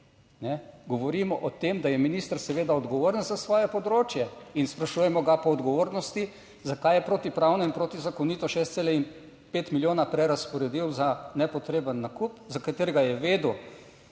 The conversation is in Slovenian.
govorimo o tem, da je minister seveda odgovoren za svoje področje in sprašujemo ga po odgovornosti, zakaj je protipravno in protizakonito 6,5 milijona prerazporedil za nepotreben nakup, za katerega je vedel,